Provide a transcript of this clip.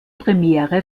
premiere